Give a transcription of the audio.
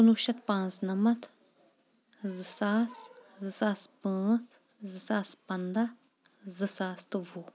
کُنوُہ شتھ پانٛژھ نَمتھ زٕ ساس زٕ ساس پانٛژھ زٕ ساس پنٛداہ زٕ ساس تہٕ وُہ